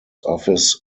office